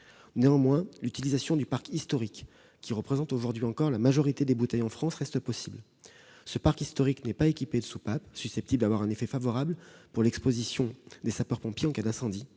Néanmoins, l'utilisation du parc historique, qui représente aujourd'hui encore la majorité des bouteilles en France, reste possible. Ce parc n'est pas équipé de soupapes susceptibles d'avoir un effet favorable pour l'exposition des sapeurs-pompiers en cas d'incendie.